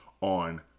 on